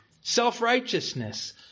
self-righteousness